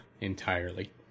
entirely